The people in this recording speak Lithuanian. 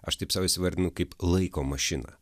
aš taip sau įsivardinu kaip laiko mašiną